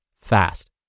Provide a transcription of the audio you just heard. fast